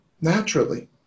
naturally